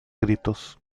gritos